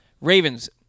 Ravens